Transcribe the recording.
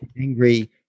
Angry